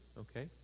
Okay